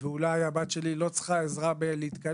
והבת שלי אולי לא צריכה עזרה בלהתקלח,